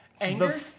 anger